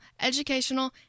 educational